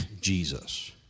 Jesus